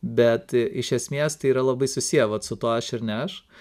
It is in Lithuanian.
bet iš esmės tai yra labai susiję vat su tuo aš ir ne aš